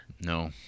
No